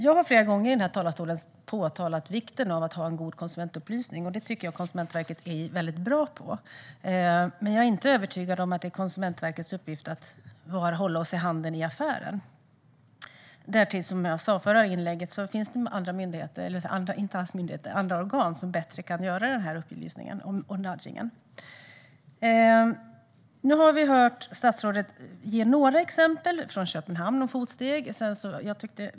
Jag har flera gånger i talarstolen påtalat vikten av att ha en god konsumentupplysning. Det tycker jag att Konsumentverket är väldigt bra på. Men jag är inte övertygad om att det är Konsumentverkets uppgift att hålla oss i handen i affären. Som jag sa i förra inlägget finns det andra organ som bättre kan göra den upplysningen och nudgingen. Nu har vi hört statsrådet ge några exempel från Köpenhamn med fotsteg.